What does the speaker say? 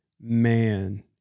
man